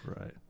Right